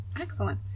Excellent